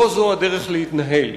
לא זו הדרך להתנהל.